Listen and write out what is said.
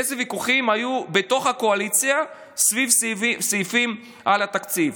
איזה ויכוחים היו בתוך הקואליציה סביב סעיפים על התקציב,